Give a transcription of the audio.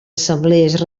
assemblees